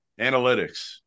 analytics